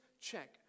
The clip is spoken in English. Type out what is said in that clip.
check